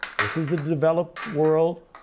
this is the developed world,